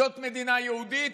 זאת מדינה יהודית?